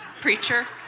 preacher